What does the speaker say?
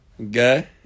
Okay